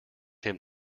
him